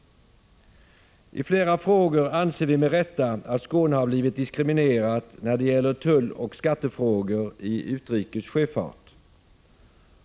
I flera frågor anser vi med rätta att Skåne har blivit diskriminerat när det gäller tulloch skattefrågor i utrikes sjöfart.